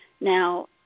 Now